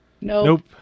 Nope